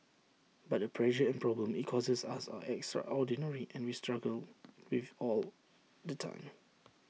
but the pressure and problems IT causes us are extraordinary and we struggle with all the time